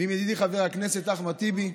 ועם ידידי חבר הכנסת אחמד טיבי,